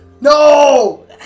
No